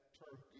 term